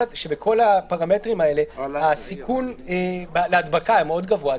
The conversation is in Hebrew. הפרמטרים האלה הסיכון להדבקה גבוה מאוד,